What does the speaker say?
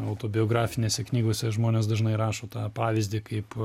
autobiografinėse knygose žmonės dažnai rašo tą pavyzdį kaip